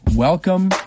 Welcome